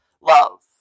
love